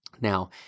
Now